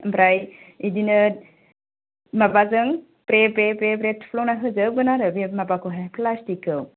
आमफ्राय इदिनो माबाजों ब्रे ब्रे ब्रे ब्रे थुफ्लंना होजोबगोन आरो बे माबाखौहाय प्लासटिकखौ